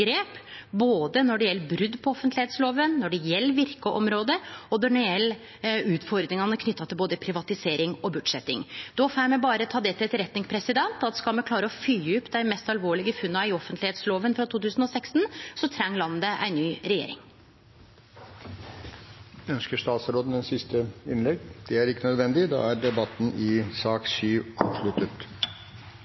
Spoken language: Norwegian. grep, både når det gjeld brot på offentleglova, når det gjeld verkeområde, og når det gjeld utfordringane knytte til både privatisering og bortsetting. Då får me berre ta dette til etterretning: Skal me klare å fylgje opp dei mest alvorlege funna i evalueringa av offentleglova frå 2016, treng landet ei ny regjering. Ønsker statsråden et siste innlegg? – Det er ikke nødvendig. Da er